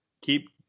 keep